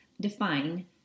define